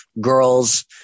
girls